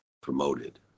promoted